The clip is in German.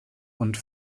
und